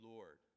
Lord